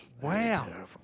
Wow